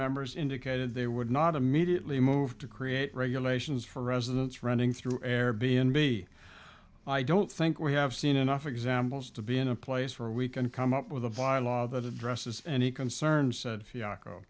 members indicated they would not immediately move to create regulations for residents running through air b n b i don't think we have seen enough examples to be in a place where we can come up with the violence that addresses any concerns fiasco